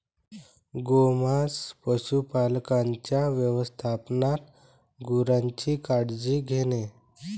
गोमांस पशुपालकांच्या व्यवस्थापनात गुरांची काळजी घेणे